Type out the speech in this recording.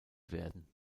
werden